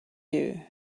you